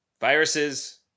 Viruses